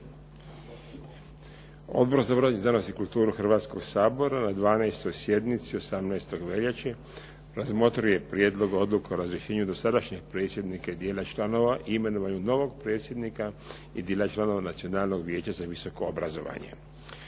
Odbor za obrazovanje, znanost i kulturu Hrvatskog sabora na 12. sjednici 18. veljače razmotrio je Prijedlog odluke o razrješenju dosadašnjeg predsjednika i dijela članova i imenovanju novog predsjednika i dijela članova Nacionalnog vijeća za visoko obrazovanje.